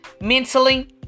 mentally